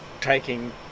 taking